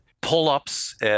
pull-ups